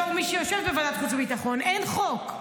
בתור מי שיושבת בוועדת חוץ וביטחון, אין חוק.